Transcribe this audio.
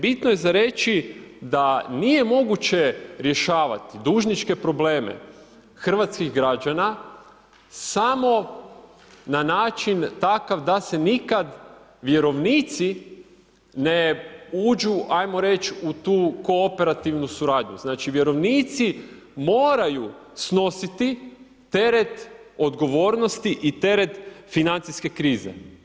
Bitno je za reći da nije moguće rješavati dužničke probleme hrvatskih građana samo na način takav da se nikad vjerovnici ne uđu ajmo reći u tu kooperativnu suradnju, znači vjerovnici moraju snositi teret odgovornosti i teret financijske krize.